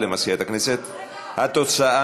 התוצאה,